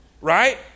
Right